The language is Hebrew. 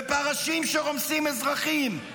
בפרשים שרומסים אזרחים,